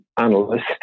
analyst